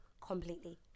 completely